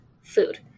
food